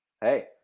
Hey